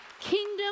kingdom